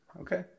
okay